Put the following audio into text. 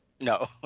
No